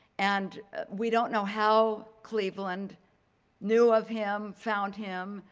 and we don't know how cleveland knew of him, found him,